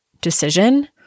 decision